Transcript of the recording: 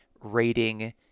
rating